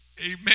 Amen